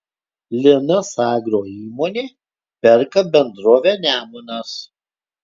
linas agro įmonė perka bendrovę nemunas